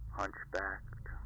hunchbacked